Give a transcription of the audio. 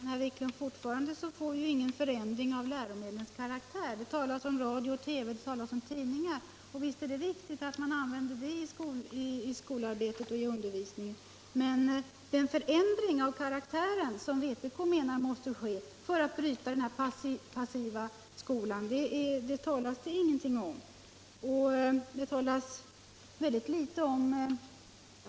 Herr talman! Fortfarande får vi ju, herr Wiklund, ingen förändring av läromedlens karaktär. Det talas om att använda radio och TV, och det talas om tidningar i skolarbetet. Visst är det viktigt att man använder - Nr 134 allt detta i skolarbetet och i undervisningen, men den förändring av Fredagen den karaktären som vpk menar måste ske för att bryta den passiva skolan 21 maj 1976 talas det ingenting om.